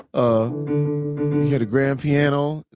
ah hear the grand piano?